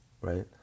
right